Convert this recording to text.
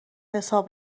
حساب